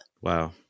Wow